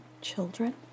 children